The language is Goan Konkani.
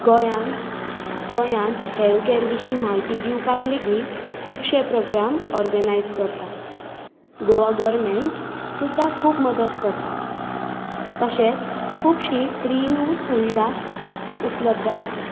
गोंयान गोंयांत हॅल्थ कॅर विशीं म्हायती दिवपाक लेगीत खुबशे प्रोग्राम ऑर्गनायज करता गोवा गोरमँट सुद्दां खूब मदत करता तशेंच खुबशीं फ्री न्हय सुविधा उपलब्द आसा